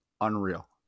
Unreal